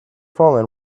fallen